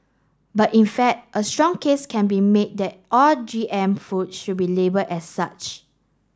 but in fact a strong case can be made that all G M food should be label as such